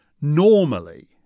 normally